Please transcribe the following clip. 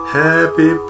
happy